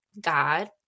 God